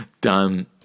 done